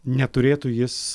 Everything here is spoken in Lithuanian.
neturėtų jis